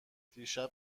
دیشب